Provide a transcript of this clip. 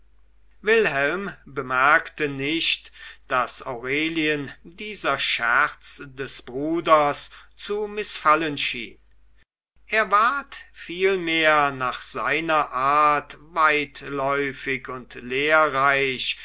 wilhelm bemerkte nicht daß aurelien dieser scherz des bruders zu mißfallen schien er ward viel mehr nach seiner art weitläufig und lehrreich